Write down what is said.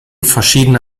verschiedene